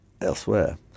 elsewhere